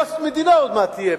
פוסט-מדינה עוד מעט יהיה,